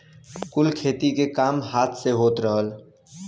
कुल खेती के काम हाथ से होत रहल